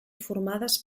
formades